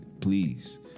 please